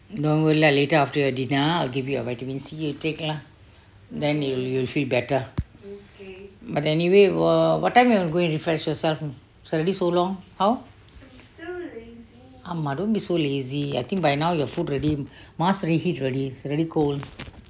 normal lah later after dinner I'll give you a vitamin C you take lah then you you'll feel better but anyway wha~ what time you will going and refresh yourself suddenly so long how அம்மா:amma don't be so lazy I think by now your food ready must re-heat ready it's already cold